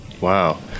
Wow